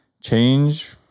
change